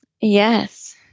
Yes